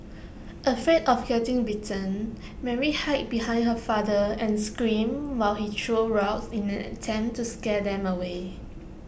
afraid of getting bitten Mary hid behind her father and screamed while he threw rocks in an attempt to scare them away